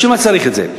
בשביל מה צריך את זה?